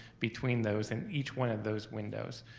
between those in each one of those windows.